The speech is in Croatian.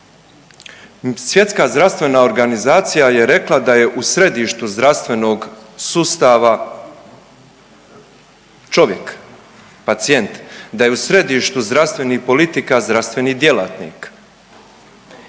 Svjetska zdravstvena organizacija je rekla da je u središtu zdravstvenog sustava čovjek, pacijent, da je u središtu zdravstvenih politika zdravstveni djelatnik